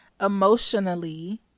emotionally